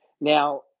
Now